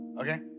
Okay